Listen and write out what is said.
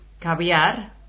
caviar